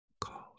called